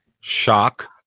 Shock